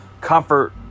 comfort